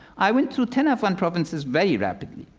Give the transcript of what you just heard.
i went through ten afghan provinces very rapidly.